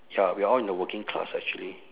ya we are all in the working class actually